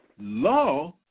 law